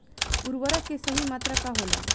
उर्वरक के सही मात्रा का होला?